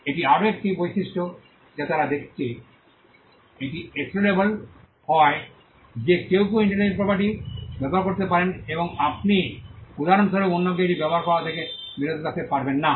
এটি আরও একটি বৈশিষ্ট্য যা তারা দেখেছে এটি এক্সক্লুডবল হয় যে কেউ কেউ ইন্টেলেকচুয়াল প্রপার্টি ব্যবহার করতে পারেন এবং আপনি উদাহরণস্বরূপ অন্যকে এটি ব্যবহার করা থেকে বিরত রাখতে পারবেন না